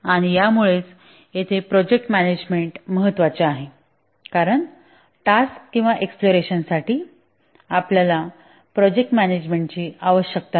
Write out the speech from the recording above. आणि यामुळेच येथे प्रोजेक्ट मॅनेजमेंट महत्वाचे आहे कारण टास्क किंवा एक्सप्लोरेशन साठी आपल्याला प्रोजेक्ट मॅनेजमेंटची आवश्यकता नाही